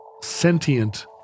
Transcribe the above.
sentient